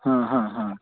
हां हां हां